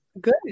good